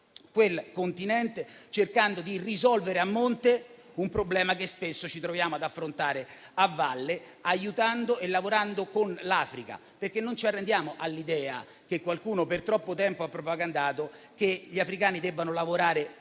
quel Continente, cercando di risolvere a monte un problema che spesso ci troviamo ad affrontare a valle, aiutando e lavorando con l'Africa. Non ci arrendiamo infatti all'idea, che qualcuno per troppo tempo ha propagandato, che gli africani debbano lavorare